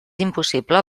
impossible